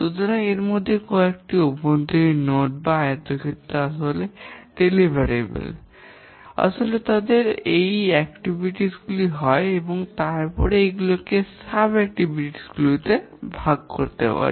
সুতরাং এর মধ্যে কয়েকটি অভ্যন্তরীণ নোড বা আয়তক্ষেত্র বা আসলে বিতরণযোগ্য এবং তারপরে সেগুলি এই কার্যক্রম হয় এবং তারপরে আমরা এগুলিকে উপ কার্যক্রম গুলিতে ভাগ করতে পারি